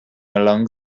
along